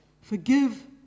Forgive